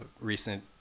recent